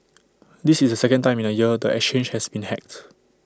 this is the second time in A year the exchange has been hacked